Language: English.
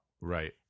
right